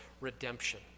redemption